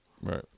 Right